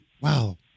wow